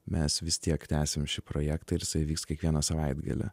mes vis tiek tęsim šį projektą ir jisai vyks kiekvieną savaitgalį